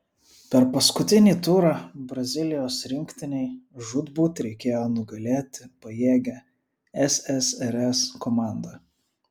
per paskutinį turą brazilijos rinktinei žūtbūt reikėjo nugalėti pajėgią ssrs komandą